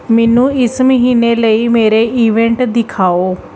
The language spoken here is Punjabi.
ਮੈਨੂੰ ਇਸ ਮਹੀਨੇ ਲਈ ਮੇਰੇ ਇਵੈਂਟ ਦਿਖਾਓ